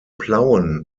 plauen